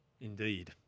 Indeed